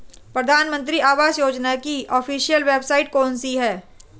प्रधानमंत्री आवास योजना की ऑफिशियल वेबसाइट कौन सी है?